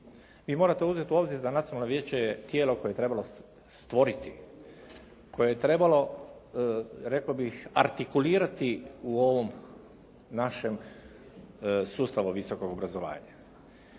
Vi morate uzeti u obzir da Nacionalno vijeće je tijelo koje je trebalo stvoriti, koje je trebalo rekao bih artikulirati u ovom našem sustavu visokog obrazovanja.